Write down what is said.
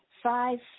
Five